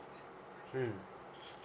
mm